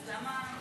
אז למה,